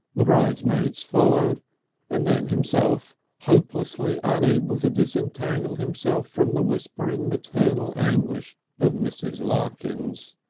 the bridesmaids followed and then himself hopelessly unable to disentangle himself from the whispering maternal anguish of mrs. larkins.